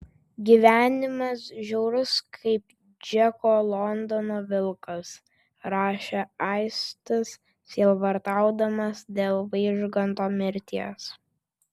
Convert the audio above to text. gyvenimas žiaurus kaip džeko londono vilkas rašė aistis sielvartaudamas dėl vaižganto mirties